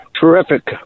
terrific